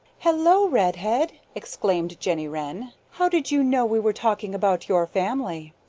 hello, redhead! exclaimed jenny wren. how did you know we were talking about your family?